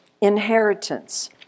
inheritance